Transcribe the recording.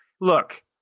look